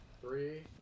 three